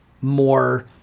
more